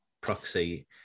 proxy